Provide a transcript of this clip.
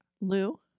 Lou